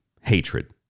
hatred